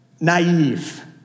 naive